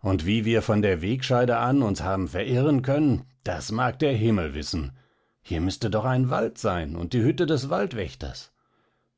und wie wir von der wegscheide an uns haben verirren können das mag der himmel wissen hier müßte doch ein wald sein und die hütte des waldwächters